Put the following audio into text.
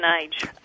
age